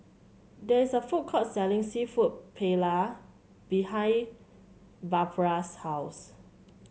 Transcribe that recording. there is a food court selling seafood Paella behind Barbra's house